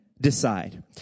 decide